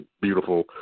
beautiful